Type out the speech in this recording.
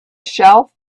shelf